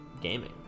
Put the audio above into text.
gaming